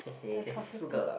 the atrocity